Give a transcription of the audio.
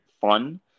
fun